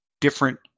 different